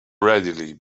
readily